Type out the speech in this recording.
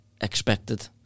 expected